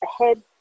ahead